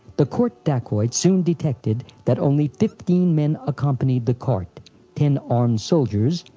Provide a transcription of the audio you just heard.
the court dacoits soon detected that only fifteen men accompanied the cart ten armed soldiers,